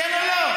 כן או לא?